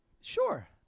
Sure